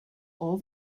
all